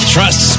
Trust